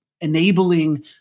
enabling